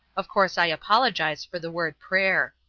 of course i apologize for the word prayer.